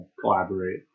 collaborate